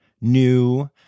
new